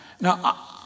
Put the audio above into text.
Now